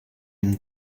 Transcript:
him